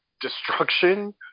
destruction